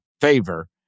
favor